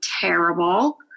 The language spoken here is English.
terrible